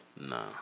nah